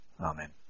Amen